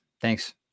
Thanks